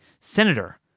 Senator